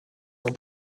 son